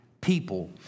people